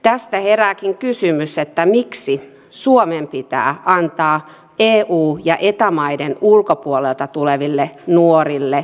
tästä herääkin kysymys miksi suomen pitää antaa eu ja eta maiden ulkopuolelta tuleville nuorille ilmaiseksi huippukoulutusta